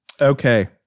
Okay